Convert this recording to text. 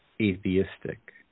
atheistic